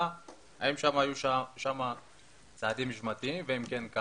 האם שם היו ננקטו צעדים משמעתיים ואם כן,